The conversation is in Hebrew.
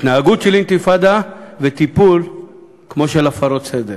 התנהגות של אינתיפאדה וטיפול כמו של הפרות סדר.